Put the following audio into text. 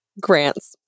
grants